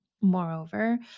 Moreover